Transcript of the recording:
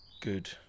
good